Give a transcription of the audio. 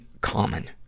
common